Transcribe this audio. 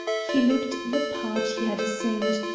he looked the part he had assumed,